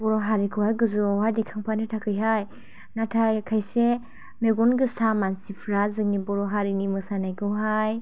बर' हारिखौहा गोजौआवहाय दैखांफानो थाखैहाय नाथाइ खाइसे मेगन गोसा मानसिफ्रा जोंनि बर' हारिनि मोसानायखौहाय